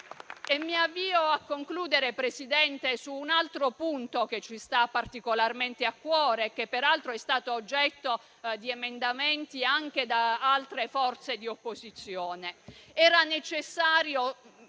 mi avvio a concludere su un altro punto che ci sta particolarmente a cuore e che peraltro è stato oggetto di emendamenti presentati anche da altre forze di opposizione.